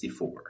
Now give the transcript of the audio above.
64